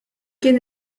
kien